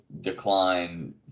decline